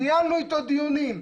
ניהלנו איתו דיונים.